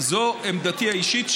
זו עמדתי האישית,